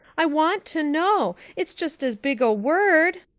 i want to know. it's just as big a word.